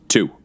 Two